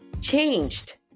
changed